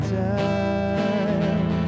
time